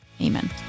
Amen